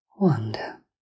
wander